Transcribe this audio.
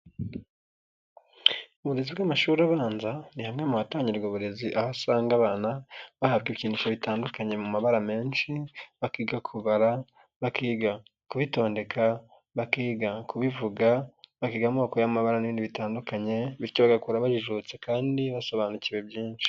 Uburezi bw'amashuri abanza ni hamwe bamwe mu batangirwa uburezi, aho usanga abana bahabwa ibikinisho bitandukanye mu mabara menshi, bakiga kubara, bakiga kubitondeka, bakiga kubivuga, bakiga amoko y'amabara n'ibindi bitandukanye, bityo bagakora bajijutse kandi basobanukiwe byinshi.